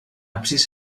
absis